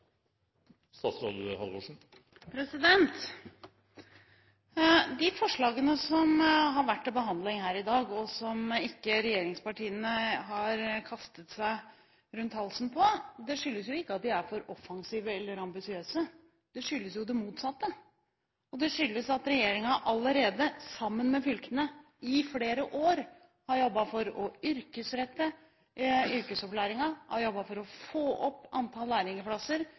dag, har ikke regjeringspartiene «kastet seg rundt halsen på». Det skyldes ikke at de er for offensive eller ambisiøse, det skyldes det motsatte. Det skyldes at regjeringen sammen med fylkene allerede i flere år har jobbet for å yrkesrette yrkesopplæringen, har jobbet for å få opp antall